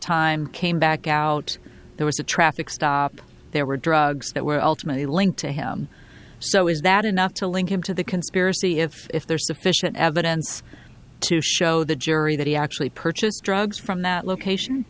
time came back out there was a traffic stop there were drugs that were ultimately linked to him so is that enough to link him to the conspiracy if if there's sufficient evidence to show the jury that he actually purchase drugs from that location